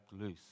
loose